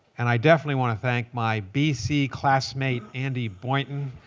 and i definitely want to thank my bc classmate andy boynton,